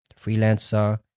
Freelancer